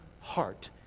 heart